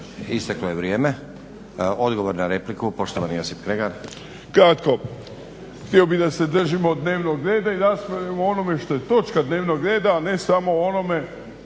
Isteklo je vrijeme. Odgovor na repliku, poštovani Josip Kregar. **Kregar, Josip (Nezavisni)** Htio bih da se držimo dnevnog reda i rasprave o onome što je točka dnevnog reda, a ne samo o onome